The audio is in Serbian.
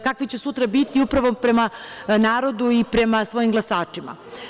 Kakvi će sutra biti upravo prema narodu i prema svojim glasačima?